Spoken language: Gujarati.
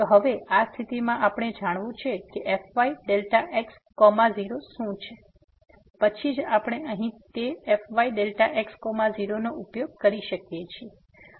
તો હવે આ સ્થિતિમાં આપણે જાણવું છે કે fyΔx0 શું છે પછી જ આપણે અહીં તે fyΔx0 નો ઉપયોગ કરી શકીએ છીએ